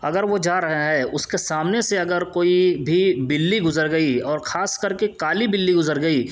اگر وہ جا رہا ہے اس کے سامنے سے اگر کوئی بھی بلّی گزر گئی اور خاص کر کے کالی بلّی گزر گئی